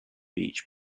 beach